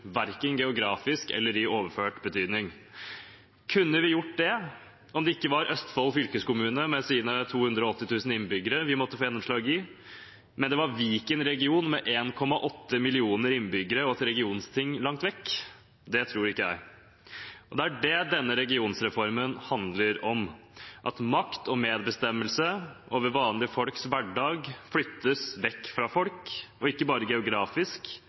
verken geografisk eller i overført betydning. Kunne vi gjort det om det ikke var Østfold fylkeskommune, med sine 280 000 innbyggere, vi måtte få gjennomslag i, men Viken region, med 1,8 millioner innbyggere og et regionting langt vekk? Det tror ikke jeg. Det er det denne regionreformen handler om, at makt og medbestemmelse over vanlige folks hverdag flyttes vekk fra folk, og ikke bare geografisk.